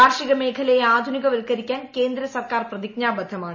കാർഷിക മേഖലയെ ആധുനികവൽക്കരിക്കാൻ കേന്ദ്ര സർക്കാർ പ്രതിജ്ഞാബദ്ധമാണ്